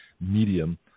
medium